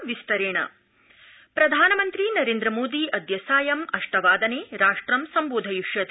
प्रधानमन्त्री प्रधानमंत्री नोन्द्रमोदी अद्य सायं अष्ट वादने राष्ट्रं सम्बोधयिष्यति